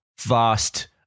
vast